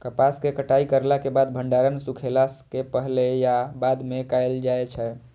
कपास के कटाई करला के बाद भंडारण सुखेला के पहले या बाद में कायल जाय छै?